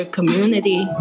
community